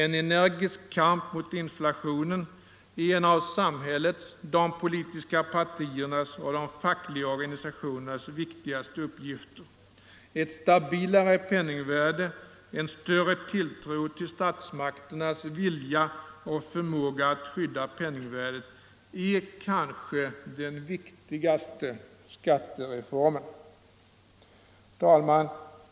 En energisk kamp mot inflationen är en av samhällets, de politiska partiernas och de fackliga organisationernas viktigaste uppgifter. Ett stabilare penningvärde, en större tilltro till statsmakternas vilja och förmåga att skydda penningvärdet är kanske den viktigaste skattereformen. Herr talman!